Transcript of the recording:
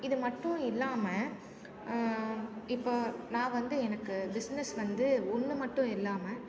இது மட்டும் இல்லாமல் இப்போ நான் வந்து எனக்கு பிஸ்னஸ் வந்து ஒன்று மட்டும் இல்லாமல்